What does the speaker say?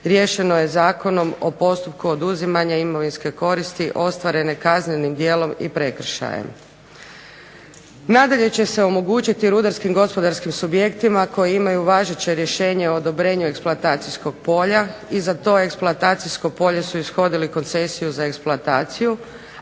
riješeno je Zakonom o postupku oduzimanja imovinske koristi ostvarene kaznenim djelom i prekršajem. Nadalje će se omogućiti rudarskim gospodarskim subjektima koji imaju važeća rješenja o odobrenju eksploatacijskog polja i za to eksploatacijsko polje su ishodili koncesiju za eksploataciju,